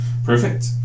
perfect